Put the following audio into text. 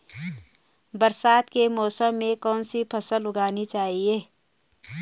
बरसात के मौसम में कौन सी फसल उगानी चाहिए?